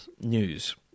news